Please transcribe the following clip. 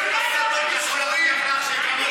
שהוא לא ישן, הוא לא ישן בלילות.